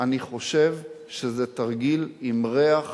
אני חושב שזה תרגיל עם ריח